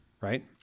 right